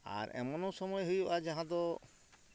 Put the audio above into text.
ᱟᱨ ᱮᱢᱚᱱᱚ ᱥᱚᱢᱚᱭ ᱦᱩᱭᱩᱜᱼᱟ ᱡᱟᱦᱟᱸ ᱫᱚ